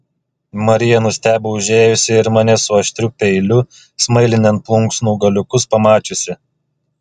marija nustebo užėjusi ir mane su aštriu peiliu smailinant plunksnų galiukus pamačiusi